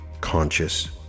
conscious